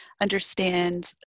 understand